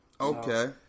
Okay